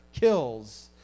kills